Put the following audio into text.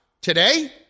today